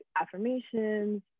affirmations